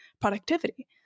productivity